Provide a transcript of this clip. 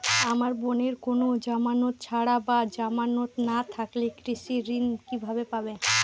আমার বোনের কোন জামানত ছাড়া বা জামানত না থাকলে কৃষি ঋণ কিভাবে পাবে?